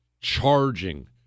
charging